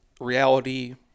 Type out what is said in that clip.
reality